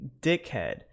dickhead